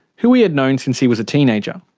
who he had known since he was a teenager.